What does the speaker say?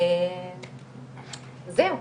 זהו.